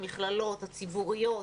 המכללות הציבוריות,